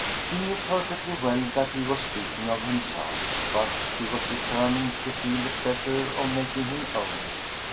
she knew perfectly well that he was speaking of himself. but she was determined to feel the pleasure of making him own it.